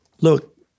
look